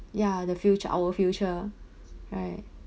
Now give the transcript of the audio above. ya the future our future right